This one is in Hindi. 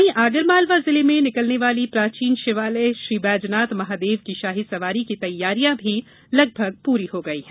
वहीं आगरमालवा जिले में निकलने वाली प्राचीन शिवालय श्रीबैजनाथ महादेव की शाही सवारी की तैयारियां भी लगभग पूरी हो गई हैं